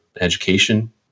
education